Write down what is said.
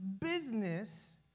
business